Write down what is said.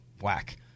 whack